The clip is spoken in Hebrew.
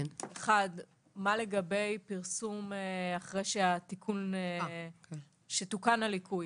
מה לגבי פרסום אחרי שתוקן הליקוי?